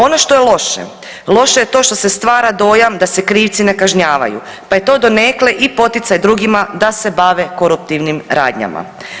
Ono što je loše, loše je to što se stvara dojam da se krivci ne kažnjavaju pa je to donekle i poticaj drugima da se bave koruptivnim radnjama.